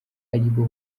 aribo